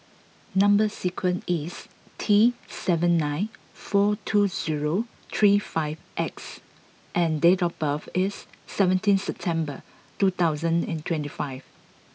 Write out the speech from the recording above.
number sequence is T seven nine four two zero three five X and date of birth is seventeen September two thousand and twenty five